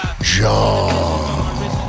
John